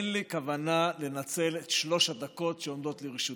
אין לי כוונה לנצל את שלוש הדקות שעומדות לרשותי.